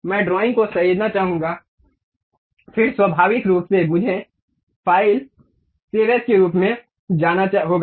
मैं ड्राइंग को सहेजना चाहूंगा फिर स्वाभाविक रूप से मुझे फाइल सेव एज के रूप में जाना होगा